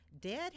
dad